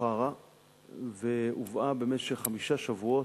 בבוכרה והובאה במשך חמישה שבועות,